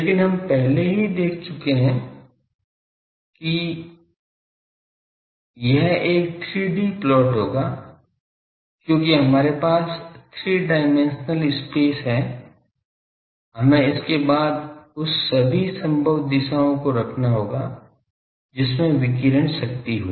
लेकिन हम पहले ही देख चुके हैं कि यह एक 3 D प्लॉट होगा क्योंकि हमारे पास थ्री डायमेंशनल स्पेस है हमें इसके बाद उस सभी संभव दिशाओं को रखना होगा जिसमें विकीर्ण शक्ति हो